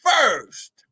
first